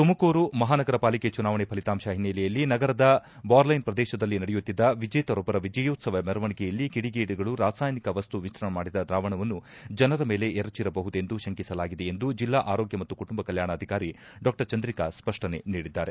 ತುಮಕೂರು ಮಹಾನಗರ ಪಾಲಿಕೆ ಚುನಾವಣೆ ಫಲಿತಾಂಶ ಹಿನ್ನಲೆಯಲ್ಲಿ ನಗರದ ಬಾರ್ಲೈನ್ ಪ್ರದೇಶದಲ್ಲಿ ನಡೆಯುತ್ತಿದ್ದ ವಿಜೇತರೊಬ್ಬರ ವಿಜಯೋತ್ಸವ ಮೆರವಣಿಗೆಯಲ್ಲಿ ಕಿಡಿಗೇಡಿಗಳು ರಾಸಾಯನಿಕ ವಸ್ತು ಮಿಶ್ರಣ ಮಾಡಿದ ದ್ರಾವಣವನ್ನು ಜನರ ಮೇಲೆ ಎರಚಿರಬಹುದೆಂದು ಶಂಕಿಸಲಾಗಿದೆ ಎಂದು ಜಿಲ್ಲಾ ಆರೋಗ್ಯ ಮತ್ತು ಕುಟುಂಬ ಕಲ್ಯಾಣಾಧಿಕಾರಿ ಡಾ ಚಂದ್ರಿಕಾ ಸ್ಪಷ್ಟನೆ ನೀಡಿದ್ದಾರೆ